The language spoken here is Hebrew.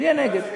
הוא יהיה נגד.